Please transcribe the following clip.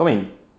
kau main